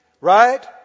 Right